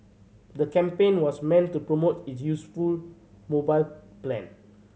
the campaign was meant to promote its youthful mobile plan